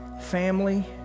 family